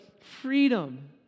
freedom